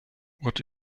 what